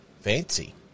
Fancy